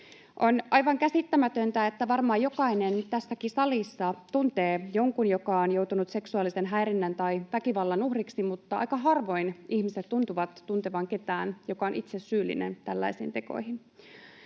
On aivan käsittämätöntä, että varmaan jokainen nyt tässäkin salissa tuntee jonkun, joka on joutunut seksuaalisen häirinnän tai väkivallan uhriksi, mutta aika harvoin ihmiset tuntuvat tuntevan ketään, joka on itse syyllinen tällaisiin tekoihin.